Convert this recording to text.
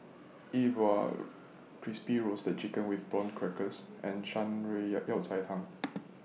E Bua Crispy Roasted Chicken with Prawn Crackers and Shan Rui Yao Yao Cai Tang